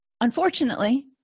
Unfortunately